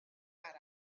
arall